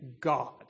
God